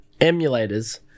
emulators